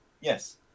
Yes